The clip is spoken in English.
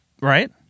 Right